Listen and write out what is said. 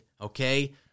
Okay